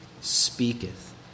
speaketh